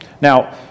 Now